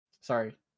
sorry